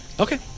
Okay